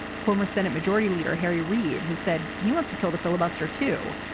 former senate majority leader harry reid has said he wants to kill the filibuster too.